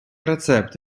рецепт